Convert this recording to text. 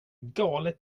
galet